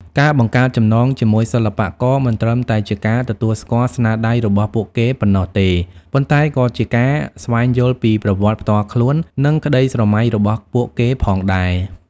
ការបង្កើតចំណងជាមួយសិល្បករ មិនត្រឹមតែជាការទទួលស្គាល់ស្នាដៃរបស់ពួកគេប៉ុណ្ណោះទេ ប៉ុន្តែក៏ជាការស្វែងយល់ពីប្រវត្តិផ្ទាល់ខ្លួន និងក្តីស្រមៃរបស់ពួកគេផងដែរ។